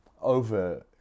over